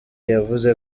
yavuze